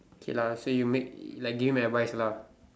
okay lah so you make like game advice lah